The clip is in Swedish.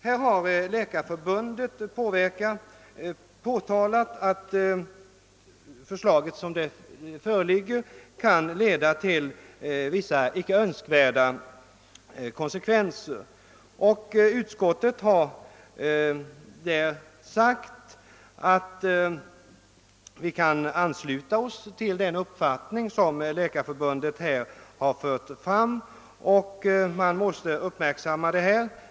Här har Läkarförbundet påtalat att förslaget som det föreligger kan leda till vissa icke önskvärda konsekvenser. Utskottet har där sagt att vi kan ansluta oss till den uppfattning som Läkarförbundet fört fram och att man måste uppmärksamma denna fråga.